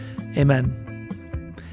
amen